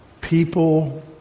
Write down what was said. People